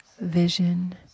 vision